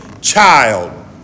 child